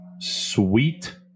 sweet